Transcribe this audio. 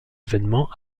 vêtement